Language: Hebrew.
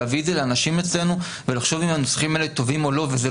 להביא אותם לאנשים אצלנו ולחשוב אם הנוסחים האלה טובים או לא ו אלה